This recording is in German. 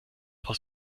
aus